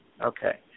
okay